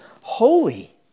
holy